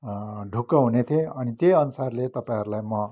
ढुक्क हुने थिएँ अनि त्यै अनुसारले तपाईँहरूलाई म